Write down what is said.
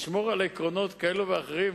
לשמור על עקרונות כאלה ואחרים,